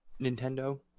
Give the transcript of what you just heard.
Nintendo